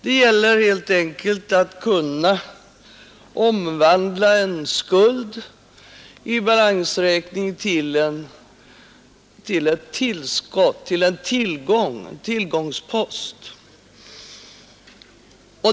Det gäller helt enkelt att kunna omvandla en skuld i balansräkningen till en tillgångspost.